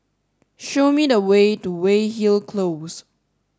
show me the way to Weyhill Close